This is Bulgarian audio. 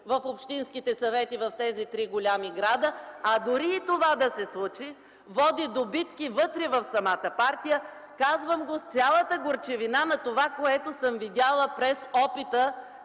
в общинските съвети в тези три големи града. Дори това да се случи, води до битки вътре в самата партия. Казвам го с цялата горчивина на това, което съм видяла през опита,